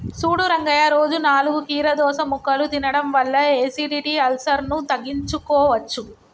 సూడు రంగయ్య రోజు నాలుగు కీరదోస ముక్కలు తినడం వల్ల ఎసిడిటి, అల్సర్ను తగ్గించుకోవచ్చు